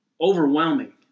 overwhelming